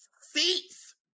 seats